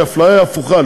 היא אפליה הפוכה,